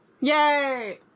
Yay